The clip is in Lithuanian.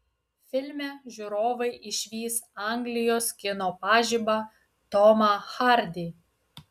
filme žiūrovai išvys anglijos kino pažibą tomą hardy